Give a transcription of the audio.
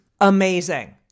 amazing